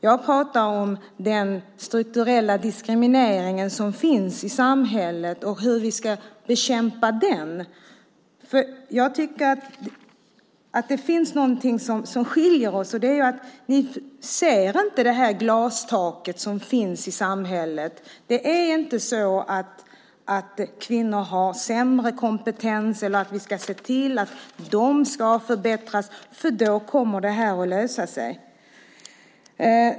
Jag pratar om den strukturella diskriminering som finns i samhället och hur vi ska bekämpa den. Det finns någonting som skiljer oss, och det är att ni inte ser det glastak som finns i samhället. Det är inte så att kvinnor har sämre kompetens eller att vi ska se till att de ska förbättras och att det här då kommer att lösa sig.